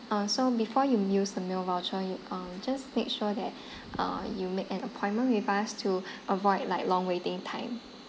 uh so before you use the meal voucher you uh just make sure that uh you make an appointment with us to avoid like long waiting time